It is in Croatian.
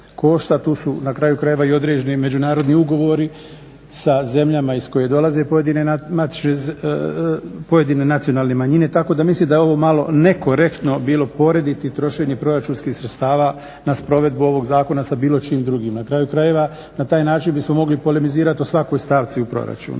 Tu su na kraju krajeva i određeni međunarodni ugovori sa zemljama iz koje dolaze pojedine nacionalne manjine tako da mislim da je ovo malo nekorektno bilo porediti trošenje proračunskih sredstava na provedbu ovog zakona sa bilo čijim drugim. Na kraju krajeva, na taj način bi se mogli polemizirati o svakoj stavci u proračunu.